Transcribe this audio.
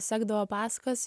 sekdavo pasakas